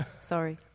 Sorry